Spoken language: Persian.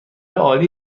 عالی